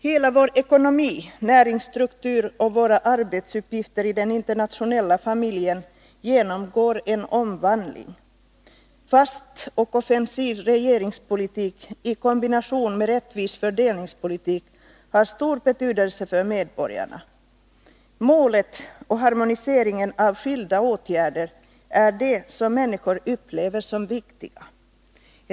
Hela vår ekonomi, vår näringsstruktur och våra arbetsuppgifter i den internationella familjen genomgår en omvandling. En fast och offensiv regeringspolitik i kombination med en rättvis fördelningspolitik har stor betydelse för medborgarna. Målet och harmoniseringen av skilda åtgärder är det som människor upplever som viktigt.